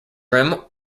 rim